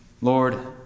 Lord